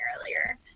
earlier